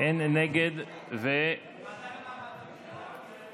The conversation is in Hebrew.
הגבלת פיטורים של אישה השוהה במקלט לנשים מוכות),